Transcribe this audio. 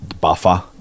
buffer